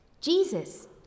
Jesus